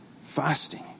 Fasting